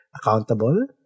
accountable